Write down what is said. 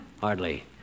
hardly